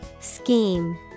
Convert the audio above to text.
Scheme